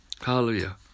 Hallelujah